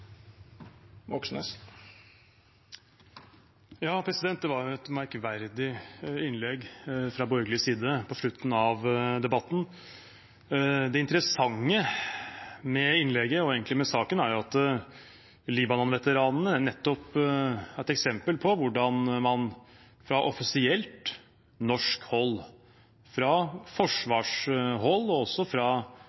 Det var et merkverdig innlegg fra borgerlig side på slutten av debatten. Det interessante med innlegget, og egentlig med saken, er at Libanon-veteranene nettopp er et eksempel på hvordan man fra offisielt norsk hold – fra